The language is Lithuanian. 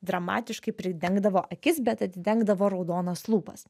dramatiškai pridengdavo akis bet atidengdavo raudonas lūpas